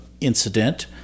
incident